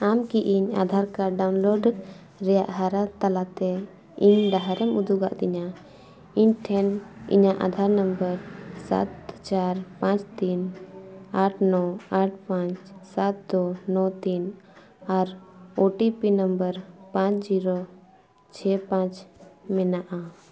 ᱟᱢ ᱠᱤ ᱤᱧ ᱟᱫᱷᱟᱨ ᱠᱟᱨᱰ ᱰᱟᱣᱩᱱᱞᱳᱰ ᱨᱮᱭᱟᱜ ᱦᱟᱨᱟ ᱛᱟᱞᱟᱛᱮ ᱤᱧ ᱰᱟᱦᱟᱨᱮᱢ ᱩᱫᱩᱜ ᱟᱹᱫᱤᱧᱟ ᱤᱧᱴᱷᱮᱱ ᱤᱧᱟᱹᱜ ᱟᱫᱷᱟᱨ ᱱᱟᱢᱵᱟᱨ ᱥᱟᱛ ᱪᱟᱨ ᱯᱟᱸᱪ ᱛᱤᱱ ᱟᱴ ᱱᱚ ᱟᱴ ᱯᱟᱸᱪ ᱥᱟᱛ ᱫᱩ ᱱᱚ ᱛᱤᱱ ᱟᱨ ᱳ ᱴᱤ ᱯᱤ ᱱᱟᱢᱵᱟᱨ ᱯᱟᱸᱪ ᱡᱤᱨᱳ ᱪᱷᱮᱭ ᱯᱟᱸᱪ ᱢᱮᱱᱟᱜᱼᱟ